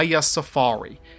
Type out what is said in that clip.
Safari